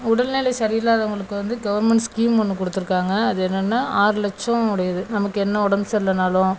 உடல்நிலை சரி இல்லாதவங்களுக்கு வந்து கவர்மெண்ட் ஸ்கீம் ஒன்று கொடுத்துருக்காங்க அது என்னென்னா ஆறு லட்சம் உடையது நமக்கு என்ன உடம்பு சரியில்லைனாலும்